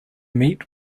meet